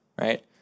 right